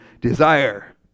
desire